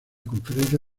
conferencia